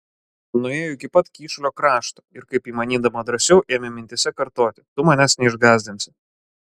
nuėjo iki pat kyšulio krašto ir kaip įmanydama drąsiau ėmė mintyse kartoti tu manęs neišgąsdinsi